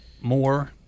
more